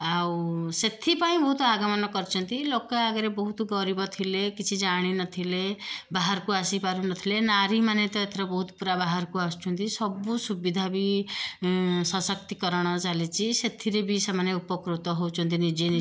ଆଉ ସେଥିପାଇଁ ଲୋକ ଆଗମନ କରିଛନ୍ତି ଲୋକ ଆଗରୁ ବହୁତ ଗରିବ ଥିଲେ କିଛି ଜାଣିନଥିଲେ ବାହାରକୁ ଆସିପାରୁନଥିଲେ ନାରୀମାନେ ତ ଏଥର ବହୁତ ପୁରା ବାହାରକୁ ଆସୁଛନ୍ତି ସବୁ ସୁବିଧା ବି ଶସକ୍ତିକରଣ ଚାଲିଛି ସେଥିରେ ବି ସେମାନେ ଉପକୃତ ହେଉଛନ୍ତି ନିଜେ ନିଜେ